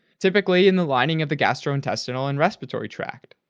typical in the lining of the gastrointestinal and respiratory tract.